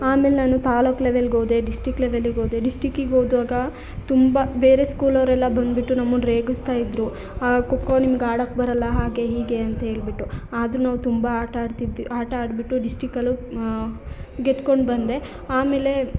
ಆಮೇಲೆ ನಾನು ತಾಲ್ಲೂಕು ಲೆವೆಲ್ಗೆ ಹೋದೆ ಡಿಸ್ಟಿಕ್ ಲೆವೆಲಿಗೆ ಹೋದೆ ಡಿಸ್ಟಿಕಿಗೆ ಹೋದಾಗ ತುಂಬ ಬೇರೆ ಸ್ಕೂಲವರೆಲ್ಲ ಬಂದುಬಿಟ್ಟು ನಮ್ಮನ್ನು ರೇಗಿಸ್ತಾ ಇದ್ರು ಖೋಖೋ ನಿಮ್ಗೆ ಆಡಕ್ಕೆ ಬರಲ್ಲ ಹಾಗೆ ಹೀಗೆ ಅಂತ ಹೇಳಿಬಿಟ್ಟು ಆದರೂ ನಾವು ತುಂಬ ಆಟ ಆಡ್ತಿದ್ವಿ ಆಟ ಆಡಿಬಿಟ್ಟು ಡಿಸ್ಟಿಕಲ್ಲೂ ಗೆದ್ಕೊಂಡು ಬಂದೆ ಆಮೇಲೆ